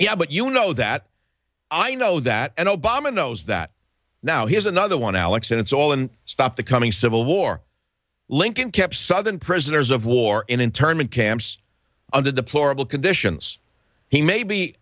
yeah but you know that i know that and obama knows that now here's another one alex and it's all in stop the coming civil war lincoln kept southern prisoners of war in internment camps under deplorable conditions he may be